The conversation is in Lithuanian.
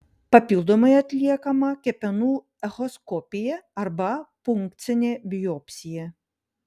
papildomai atliekama kepenų echoskopija arba punkcinė biopsija